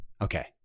Okay